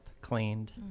cleaned